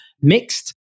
mixed